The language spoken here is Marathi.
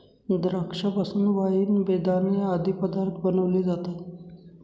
द्राक्षा पासून वाईन, बेदाणे आदी पदार्थ बनविले जातात